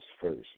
first